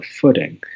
footing